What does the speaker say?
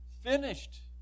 finished